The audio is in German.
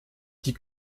die